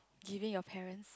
giving your parents